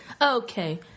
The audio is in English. Okay